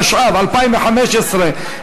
התשע"ו 2015,